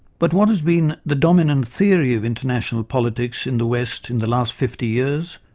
but what has been the dominant theory of international politics in the west in the last fifty years,